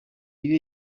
ibihe